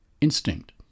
instinct